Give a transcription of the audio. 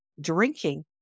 drinking